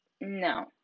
no